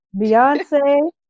Beyonce